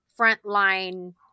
frontline